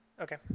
Okay